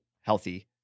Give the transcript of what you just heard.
healthy